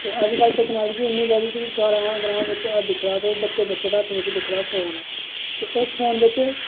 अज्ज कल टैक्नालजीड इन्नी ब दी ग्रांऽ ग्रांऽ बेच दिक्खा दे ओह् बच्चे बच्चे दे हत्थ बिच दिक्खा दे ओह फोन ऐ ते उस फोन बिच